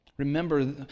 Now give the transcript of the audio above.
Remember